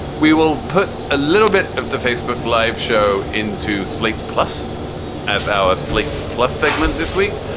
we will put a little bit of the facebook live show into slate plus as our slate plus segment this week,